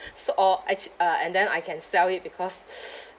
so o~ act~ uh and then I can sell it because